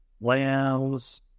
lambs